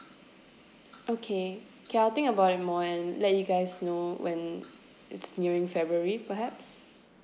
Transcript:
okay okay I'll think about it more and let you guys know when it's nearing february perhaps